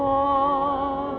oh